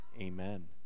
Amen